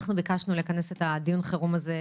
אנחנו ביקשנו לכנס את דיון החירום הזה,